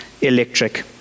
electric